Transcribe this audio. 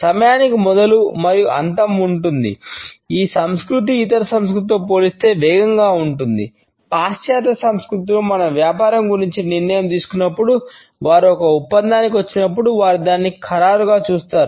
సమయానికి మొదలు మరియు అంతం ఉంటుంది ఈ సంస్కృతి ఇతర సంస్కృతులతో పోలిస్తే వేగంతో ఉంటుంది పాశ్చాత్య సంస్కృతులు మన వ్యాపారం గురించి నిర్ణయం తీసుకున్నప్పుడు వారు ఒక ఒప్పందానికి వచ్చినప్పుడు వారు దానిని ఖరారుగా చూస్తారు